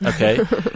Okay